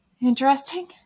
interesting